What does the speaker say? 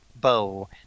bow